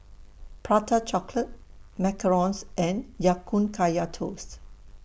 Prata Chocolate Macarons and Ya Kun Kaya Toast